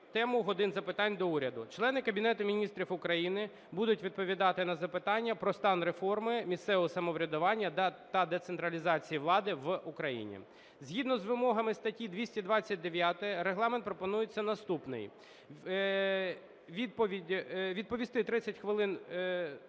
тему "години запитань до Уряду". Члени Кабінету Міністрів України будуть відповідати на запитання про стан реформи місцевого самоврядування та децентралізації влади в Україні. Згідно з вимогами статті 229 регламент пропонується наступний: відвести 30 хвилин